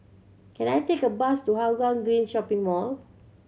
can I take a bus to Hougang Green Shopping Mall